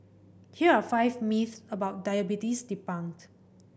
here are five myths about diabetes debunked